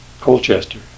Colchester